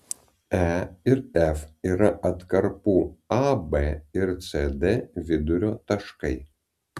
e ir f yra atkarpų ab ir cd vidurio taškai